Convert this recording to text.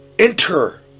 Enter